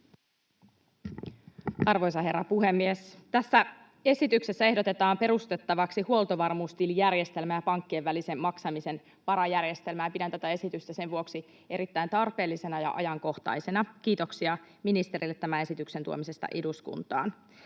Arvoisa herra puhemies! Tässä esityksessä ehdotetaan perustettavaksi huoltovarmuustilijärjestelmä ja pankkien välisen maksamisen varajärjestelmä, ja pidän tätä esitystä sen vuoksi erittäin tarpeellisena ja ajankohtaisena. Kiitoksia ministerille tämän esityksen tuomisesta eduskuntaan.